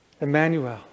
Emmanuel